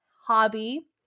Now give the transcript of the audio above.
hobby